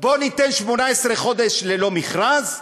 בואו ניתן 18 חודש ללא מכרז,